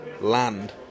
land